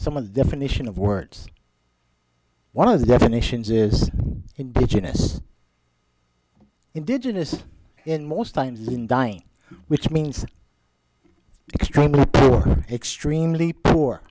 the definition of words one of the definitions is indigenous indigenous in most times in dying which means extremely extremely poor